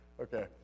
Okay